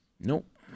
Nope